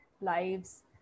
lives